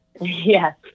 Yes